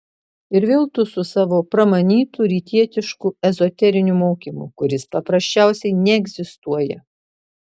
ir vėl tu su savo pramanytu rytietišku ezoteriniu mokymu kuris paprasčiausiai neegzistuoja